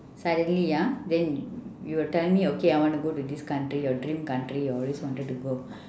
suddenly ah then you were telling me okay I want to go to this country your dream country you always wanted to go